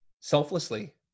selflessly